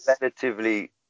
relatively